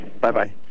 Bye-bye